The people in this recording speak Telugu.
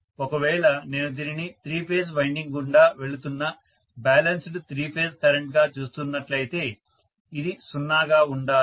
ఒకవేళ నేను దీనిని త్రీ ఫేజ్ వైండింగ్ గుండా వెళుతున్న బ్యాలెన్స్డ్ త్రీ ఫేజ్ కరెంట్గా చూస్తున్నట్లయితే ఇది 0 గా ఉండాలి